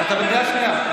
אתה בקריאה שנייה.